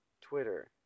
Twitter